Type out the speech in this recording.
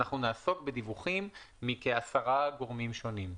אנחנו נעסוק בדיווחים מכ-10 גורמים שונים.